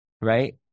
Right